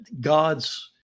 God's